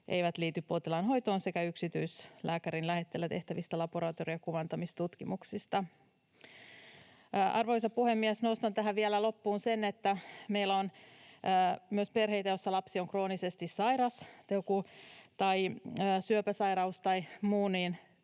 eivät liity potilaan hoitoon, sekä yksityislääkärin lähetteellä tehtävät laboratorio- ja kuvantamistutkimukset. Arvoisa puhemies! Nostan vielä tähän loppuun sen, että meillä on myös perheitä, joissa lapsi on kroonisesti sairas, on syöpäsairaus tai muu,